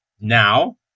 now